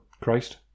Christ